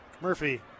Murphy